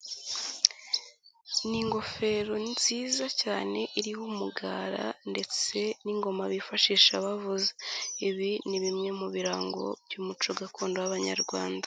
Ni ingofero ni nziza cyane iriho umugara ndetse n'ingoma bifashisha bavuze. Ibi ni bimwe mu birango by'umuco gakondo w'abanyarwanda.